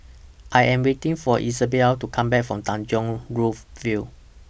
I Am waiting For Isabell to Come Back from Tanjong Rhu View